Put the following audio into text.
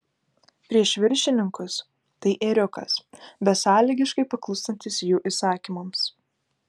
prieš viršininkus tai ėriukas besąlygiškai paklūstantis jų įsakymams